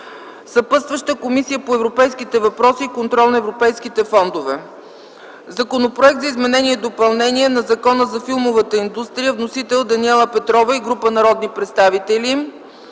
Съпътстваща е Комисията по европейските въпроси и контрол на европейските фондове. Законопроект за изменение и допълнение на Закона за филмовата индустрия. Вносители: Даниела Петрова и група народни представители.